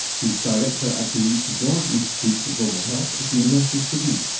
he's director at the george institute for global health at the university of sydney.